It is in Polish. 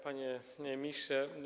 Panie Ministrze!